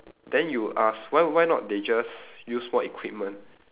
then you'd ask why why not they just use more equipment